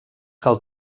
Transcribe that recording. cal